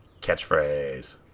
catchphrase